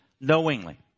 knowingly